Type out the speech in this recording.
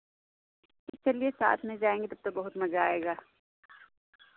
चलिए साथ में जाएंगी तब तो बहुत मज़ा आएगा